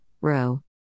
row